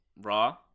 Raw